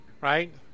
right